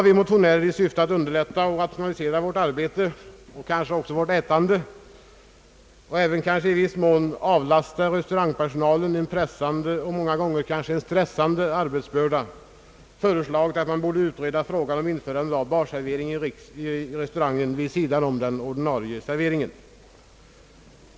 Vi motionärer har i syfte att underlätta och rationalisera vårt arbete och kanske vårt ätande och även för att i viss mån avlasta restaurangen en pressande och för många kanske stressande arbetsbörda föreslagit att man skulle utreda frågan om införande av barservering i restaurangen vid sidan om den ordinarie serveringen.